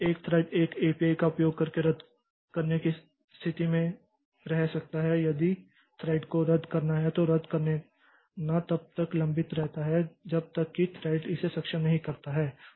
एक थ्रेड एक एपीआई का उपयोग करके रद्द करने की स्थिति में रह सकता है यदि थ्रेड को रद्द करना है तो रद्द करना तब तक लंबित रहता है जब तक कि थ्रेड इसे सक्षम नहीं करता है